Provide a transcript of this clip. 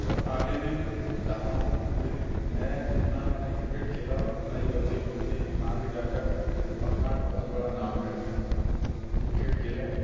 और आगे भी चाहता हूँ कि भई मैं जितना मैंने क्रिकेट खेला उतना यह बच्चे लोग भी आगे जाकर एक अपना बहुत बड़ा नाम करें क्रिकेट खेलें